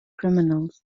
criminals